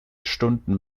stunden